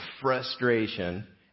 frustration